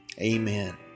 Amen